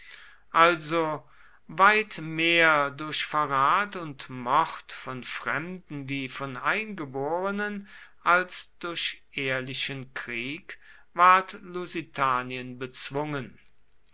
also weit mehr durch verrat und mord von fremden wie von eingeborenen als durch ehrlichen krieg ward lusitanien bezwungen